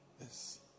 Yes